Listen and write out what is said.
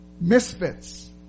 misfits